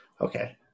Okay